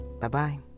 Bye-bye